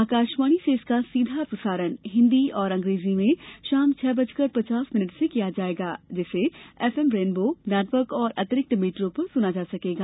आकाशवाणी से इसका सीधा प्रसारण हिंदी और अंग्रेजी में शाम छः बजकर पचास मिनट से किया जाएगा जिसे एफएम रेनबो नेटवर्क और अतिरिक्त मीटरों पर सुना जा सकेगा